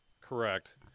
Correct